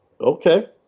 Okay